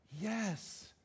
yes